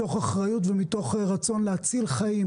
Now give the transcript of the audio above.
מתוך אחריות ומתוך רצון להציל חיים,